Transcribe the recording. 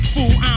Fool